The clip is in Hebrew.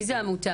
מי העמותה?